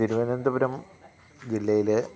തിരുവനന്തപുരം ജില്ലയിൽ